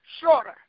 shorter